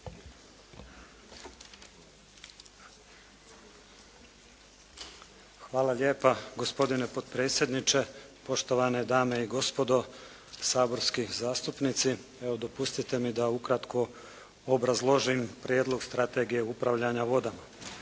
Hvala lijepa. Gospodine potpredsjedniče, poštovane dame i gospodo saborski zastupnici. Evo dopustite mi da ukratko obrazložim Prijedlog Strategije upravljanje vodama.